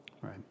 Right